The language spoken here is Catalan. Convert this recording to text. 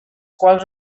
quals